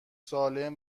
سالم